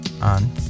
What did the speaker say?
on